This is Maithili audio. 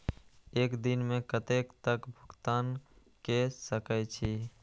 एक दिन में कतेक तक भुगतान कै सके छी